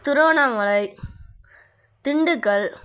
Tiruvannamalai Dindigul